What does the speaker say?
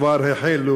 כבר החלו,